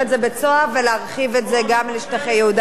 ולהרחיב את זה גם לשטחי יהודה ושומרון.